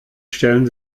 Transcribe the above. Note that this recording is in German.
stellen